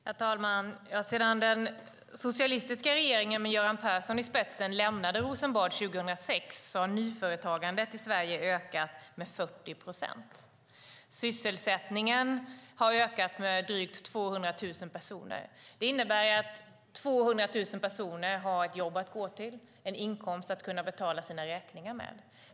Herr talman! Sedan den socialistiska regeringen med Göran Persson i spetsen lämnade Rosenbad 2006 har nyföretagandet i Sverige ökat med 40 procent. Sysselsättningen har ökat med drygt 200 000 personer. Det innebär att 200 000 personer har ett jobb att gå till och en inkomst att betala sina räkningar med.